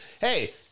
Hey